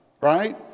right